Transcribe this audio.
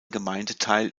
gemeindeteil